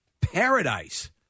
paradise